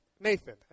Nathan